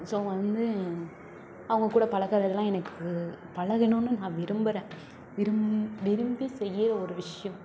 so வந்து அவங்க கூட பழகுறதுலாம் எனக்கு பழகணுன்னு நான் விரும்புகிறேன் விரும்பி விரும்பி செய்ற ஒரு விஷயம்